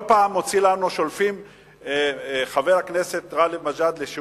כל פעם חבר הכנסת גאלב מג'אדלה,